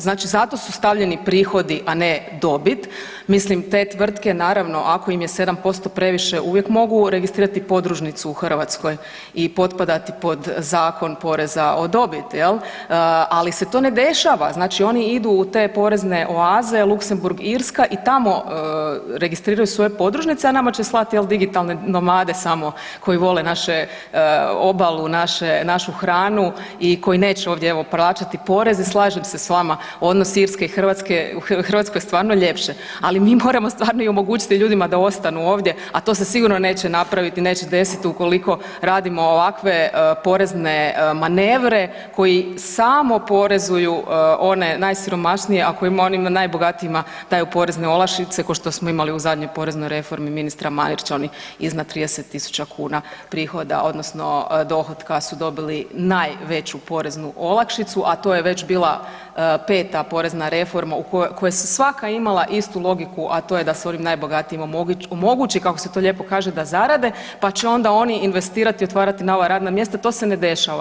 Znači zato su stavljeni prihodi a ne dobit, mislim te tvrtke naravno, ako im je 7% previše, uvijek mogu registrirati podružnicu u Hrvatskoj i potpadati pod Zakon poreza o dobiti, jel, ali se ne to ne dešava, znači oni idu u te porezne oaze, Luksemburg, Irska i tamo registriraju svoje podružnice a nama će slati digitalne nomade samo koji vole našu obalu, našu hranu i koji neće ovdje evo plaćati porez, slažem se s vama, odnos Irske i Hrvatske, u Hrvatskoj je stvarno ljepše ali mi moramo stvarno i omogućiti ljudima da ostanu ovdje a to se sigurno neće napraviti, neće desiti ukoliko radimo ovakve porezne manevre koji samo porezuju one najsiromašnije a kojima onim najbogatijima daju porezne olakšice ko što smo imali u zadnjoj poreznoj reformi ministra Marića, onih iznad 30.000 kuna prihoda odnosno dohotka su dobili najveću poreznu olakšicu, a to je već bila peta porezna reforma koje su svaka imala istu logiku, a to je da se onim najbogatijima omogući, kako se to lijepo kaže, da zarade, pa će onda oni investirati i otvarati nova radna mjesta, to se ne dešava.